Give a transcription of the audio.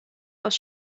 aus